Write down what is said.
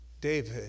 David